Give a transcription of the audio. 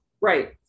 Right